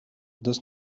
does